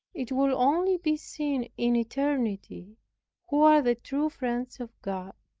it will only be seen in eternity who are the true friends of god.